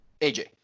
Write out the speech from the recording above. AJ